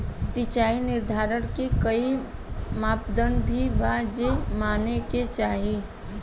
सिचाई निर्धारण के कोई मापदंड भी बा जे माने के चाही?